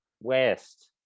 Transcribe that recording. West